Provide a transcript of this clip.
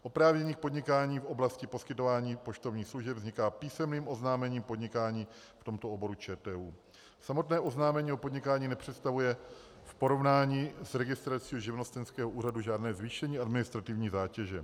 Oprávnění k podnikání v oblasti poskytování poštovních služeb vzniká písemným oznámením podnikání v tomto oboru ČTÚ. Samotné oznámení o podnikání nepředstavuje v porovnání s registrací u živnostenského úřadu žádné zvýšení administrativní zátěže.